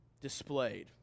displayed